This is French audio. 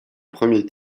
premier